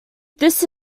this